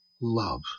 love